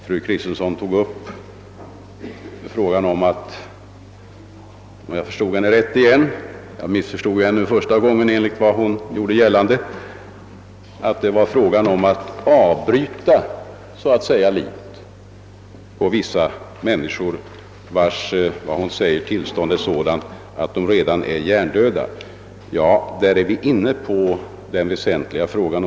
Fru Kristensson tog upp — om jag nu förstod henne rätt , jag missförstod henne första gången enligt vad hon gör gällande — frågan om att så att säga avbryta liv på vissa människor vilkas tillstånd — som hon säger — är sådant att de redan är hjärndöda. Där är vi inne på den väsentliga frågan.